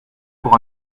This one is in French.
pour